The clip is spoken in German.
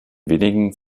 wenigen